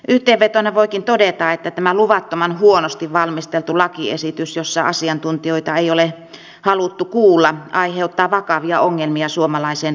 yhteenvetona voikin todeta että tämä luvattoman huonosti valmisteltu lakiesitys jossa asiantuntijoita ei ole haluttu kuulla aiheuttaa vakavia ongelmia suomalaiseen varhaiskasvatusjärjestelmään